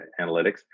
analytics